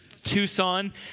Tucson